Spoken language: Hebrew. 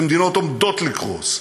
ומדינות עומדות לקרוס,